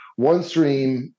OneStream